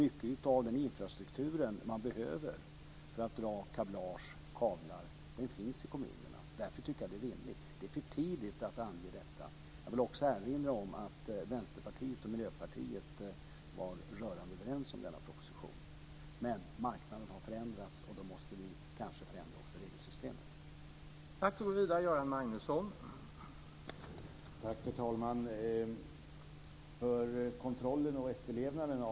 Mycket av den infrastruktur som man behöver för att dra fram kablar finns i kommunerna.